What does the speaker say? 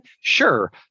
Sure